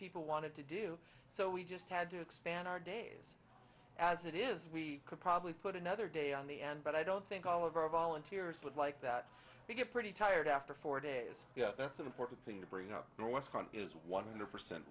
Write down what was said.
people wanted to do so we just had to expand our days as it is we could probably put another day on the end but i don't think all of our volunteers would like that we get pretty tired after four days that's an important thing to bring up no one is one hundred percent